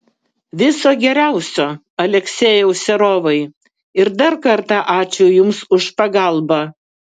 viso geriausio aleksejau serovai ir dar kartą ačiū jums už pagalbą